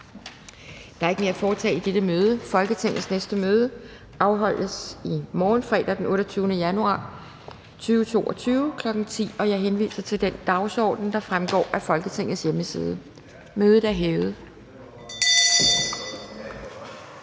Der er ikke mere at foretage i dette møde. Folketingets næste møde afholdes i morgen, fredag den 28. januar 2022, kl. 10.00. Jeg henviser til den dagsorden, der fremgår af Folketingets hjemmeside. Mødet er hævet.